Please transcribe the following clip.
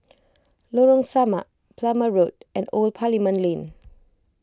Lorong Samak Plumer Road and Old Parliament Lane